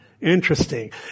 Interesting